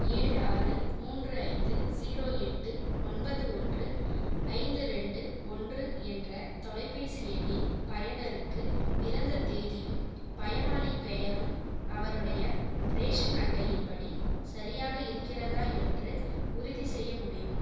ஏழு ஆறு மூன்று ஐந்து ஸீரோ எட்டு ஒன்பது ஒன்று ஐந்து ரெண்டு ஒன்று என்ற தொலைபேசி எண்ணின் பயனருக்கு பிறந்த தேதியும் பயனாளிப் பெயரும் அவருடைய ரேஷன் அட்டையின்படி சரியாக இருக்கிறதா என்று உறுதிசெய்ய முடியுமா